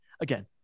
again